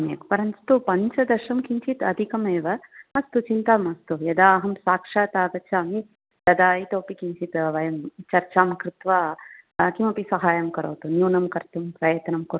सम्यक् परन्तु पञ्चदशं किञ्चित् अधिकमेव अस्तु चिन्ता मास्तु यदा अहं साक्षात् आगच्छामि तदा इतोऽपि किञ्चित् वयं चर्चां कृत्वा किमपि सहायं करोतु न्यूनं कर्तुं प्रयन्तं कुर्वन्तु